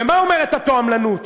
ומה אומרת התועמלנות?